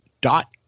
dot